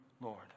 Lord